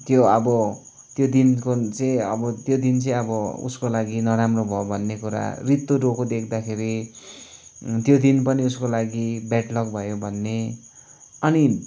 त्यो अब त्यो दिनको चाहिँ आबो त्यो दिन चाहिँ अब उसको लागि नराम्रो भयो भन्ने कुराहरू रित्तो डोको देख्दाखेरि त्यो दिन पनि उसको लागि ब्याड लक भयो भन्ने अनि